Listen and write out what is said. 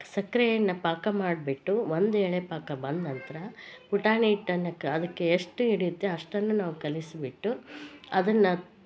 ಸಕ್ಕರೆಯನ್ನ ಪಾಕ ಮಾಡ್ಬಿಟ್ಟು ಒಂದು ಎಳೆ ಪಾಕ ಬಂದ್ನಂತ್ರ ಪುಟಾಣಿ ಹಿಟ್ಟನ್ನ ಅದ್ಕೆ ಎಷ್ಟು ಹಿಡಿಯುತ್ತೆ ಅಷ್ಟನ್ನೂ ನಾವು ಕಲಿಸ್ಬಿಟ್ಟು ಅದ್ನ ತಟ್